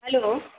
hello